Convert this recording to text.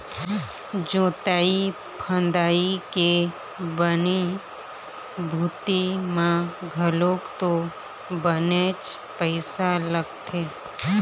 जोंतई फंदई के बनी भूथी म घलोक तो बनेच पइसा लगथे